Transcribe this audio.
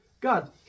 God